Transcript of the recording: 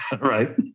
Right